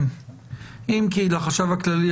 אם כי לחשב הכללי,